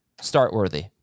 start-worthy